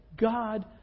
God